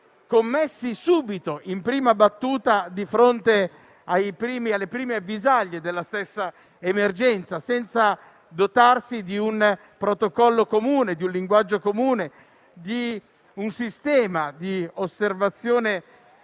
commessi, in prima battuta, di fronte alle prime avvisaglie dell'emergenza, senza dotarsi di un protocollo comune, di un linguaggio comune e di un sistema di osservazione